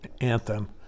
anthem